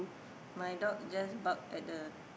my dog just bark at the